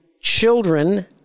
children